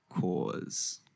cause